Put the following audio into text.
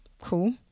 Cool